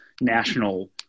national